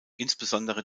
insbesondere